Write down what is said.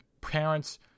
parents